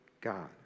God